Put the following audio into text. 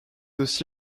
aussi